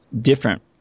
different